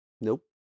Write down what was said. Nope